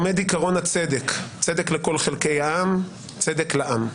עומד עיקרון הצדק, צדק לכל חלקי העם, צדק לעם.